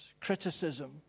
criticism